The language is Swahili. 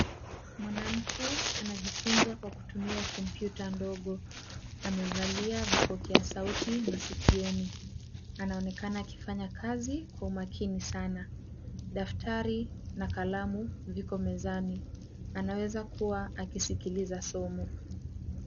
Mwanamke anajifunza kwa kutumia kompyuta ndogo. Amevalia vipokea sauti masikioni. Anaonekana akifanya kazi kwa umakini sana. Daftari na kalamu viko mezani. Anaweza kuwa akisikiliza somo.